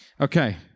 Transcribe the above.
Okay